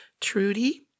Trudy